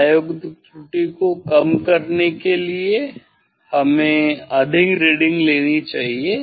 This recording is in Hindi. प्रायोगिक त्रुटि को कम करने के लिए हमें अधिक रीडिंग्स लेनी चाहिए